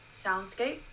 soundscape